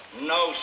No